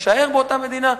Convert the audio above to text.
להישאר באותה מדינה.